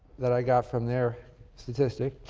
that i got from their statistic